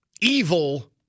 evil